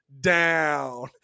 down